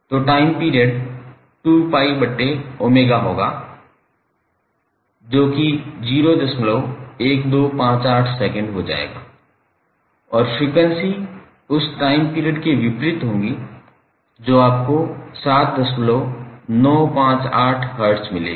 तो time period 2πω होगा जो कि 01257 सेकंड हो जायेगा और फ्रीक्वेंसी उस टाइम पीरियड के विपरीत होगी जो आपको 7958 हर्ट्ज मिलेगी